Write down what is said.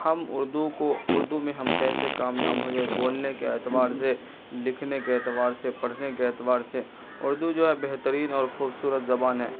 ہم اردو کو اردو میں ہم کیسے کامیاب ہو جائے بولنے کے اعتبار سے لکھنے کے اعتبار سے پڑھنے کے اعتبار سے اردو جو ہے بہترین اور خوبصورت زبان ہے